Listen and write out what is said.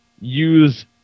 Use